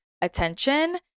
attention